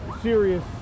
serious